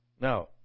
Now